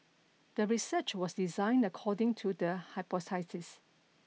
the research was designed according to the hypothesis